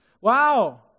Wow